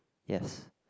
yes